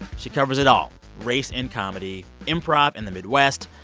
she covers it all race and comedy, improv in the midwest,